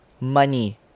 money